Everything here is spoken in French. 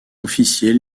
officielle